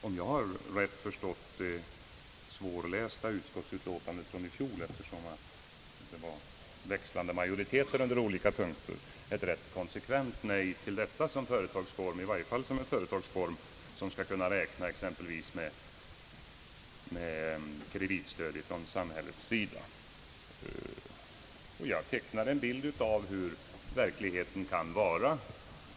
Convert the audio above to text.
Om jag har rätt förstått det svårlästa utskottsutlåtandet från i fjol — det förekom ju då växlande majoriteter under olika punkter — uttalade utskottet ett bestämt nej till en företagsform av detta slag, i varje fall en företagsform som skall kunna räkna med exempelvis kreditstöd från samhällets sida. Jag tecknade en bild av hur verkligheten kan te sig.